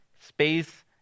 space